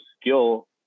skill